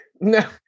No